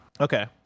Okay